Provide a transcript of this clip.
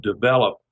develop